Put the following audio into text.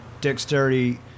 Dexterity